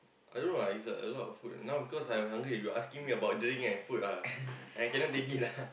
I don't know lah it's a lot of food ah now because I'm hungry you asking me about drink and food ah I cannot take it lah